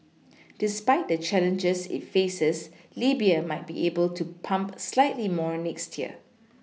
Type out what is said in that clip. despite the challenges it faces Libya might be able to pump slightly more next year